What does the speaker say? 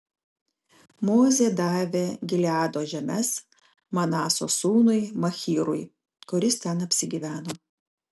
mozė davė gileado žemes manaso sūnui machyrui kuris ten apsigyveno